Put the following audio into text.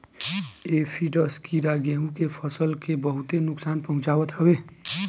aphids कीड़ा गेंहू के फसल के बहुते नुकसान पहुंचावत हवे